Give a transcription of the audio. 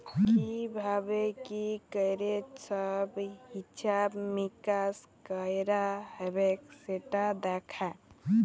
কি ভাবে কি ক্যরে সব হিছাব মিকাশ কয়রা হ্যবে সেটা দ্যাখে